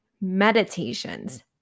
meditations